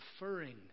referring